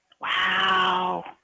Wow